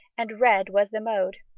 and red was the mode.